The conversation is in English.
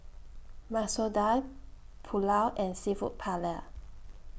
Masoor Dal Pulao and Seafood Paella